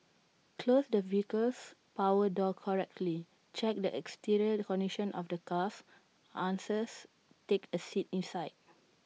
close the vehicle's power door correctly check the exterior condition of the cars take A seat inside